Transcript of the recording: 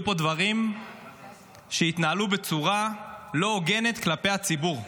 פה דברים שהתנהלו בצורה לא הוגנת כלפי הציבור,